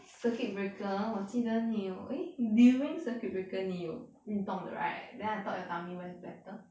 circuit breaker 我记得你有 eh during circuit breaker 你有运动的 right then I thought your tummy was flatter